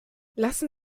lassen